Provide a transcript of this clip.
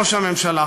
ראש הממשלה,